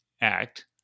Act